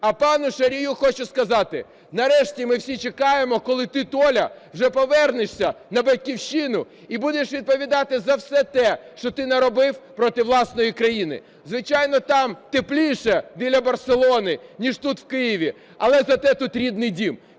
А пану Шарію хочу сказати: нарешті ми всі чекаємо, коли ти, Толя, вже повернешся на Батьківщину і будеш відповідати за все те, що ти наробив проти власної країни. Звичайно, там тепліше, біля Барселони, ніж тут, в Києві, але за те тут рідний дім.